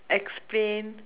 explain